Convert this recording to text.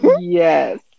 Yes